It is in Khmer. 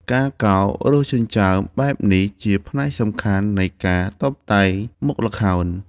ការកោររោមចិញ្ចើមបែបនេះ ជាផ្នែកសំខាន់នៃការតុបតែងមុខល្ខោន។